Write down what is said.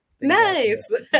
Nice